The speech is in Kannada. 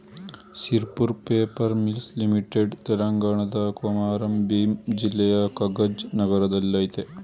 ಸಿರ್ಪುರ್ ಪೇಪರ್ ಮಿಲ್ಸ್ ಲಿಮಿಟೆಡ್ ತೆಲಂಗಾಣದ ಕೊಮಾರಂ ಭೀಮ್ ಜಿಲ್ಲೆಯ ಕಗಜ್ ನಗರದಲ್ಲಯ್ತೆ